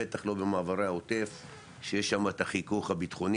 בטח לא במעברי העוטף שיש שם את החיכוך הביטחוני-אזרחי,